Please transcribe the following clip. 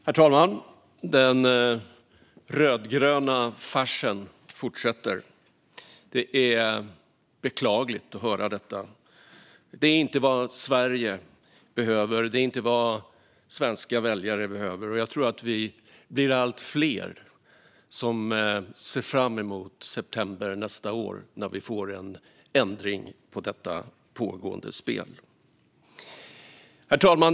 Herr talman! Den rödgröna farsen fortsätter. Det är beklagligt att höra detta. Det är inte vad Sverige eller svenska väljare behöver. Jag tror att vi blir allt fler som ser fram emot september nästa år, när vi får en ändring på detta pågående spel. Herr talman!